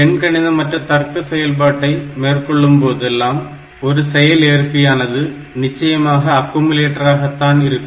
எண்கணித மற்றும் தர்க்க செயல்பாட்டை மேற்கொள்ளும் போதெல்லாம் ஒரு செயல்ஏற்பியானது நிச்சயமாக அக்குமுலேட்டராக தான் இருக்கும்